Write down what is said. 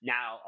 Now